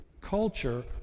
culture